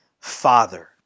father